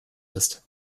ist